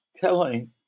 telling